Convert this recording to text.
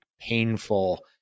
painful